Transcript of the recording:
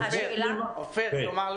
כלומר,